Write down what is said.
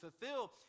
fulfill